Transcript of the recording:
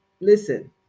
Listen